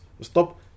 stop